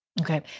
Okay